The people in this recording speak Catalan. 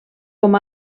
com